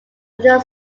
often